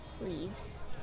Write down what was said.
leaves